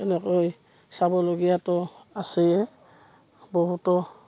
তেনেকৈ চাবলগীয়াতো আছেয়েই বহুতো